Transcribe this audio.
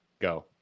Go